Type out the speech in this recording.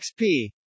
XP